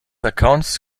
accounts